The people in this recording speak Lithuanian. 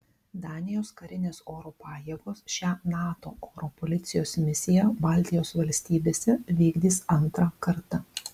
danijos karinės oro pajėgos šią nato oro policijos misiją baltijos valstybėse vykdys antrą kartą